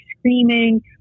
screaming